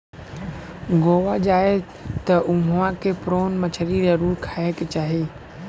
गोवा जाए त उहवा के प्रोन मछरी जरुर खाए के चाही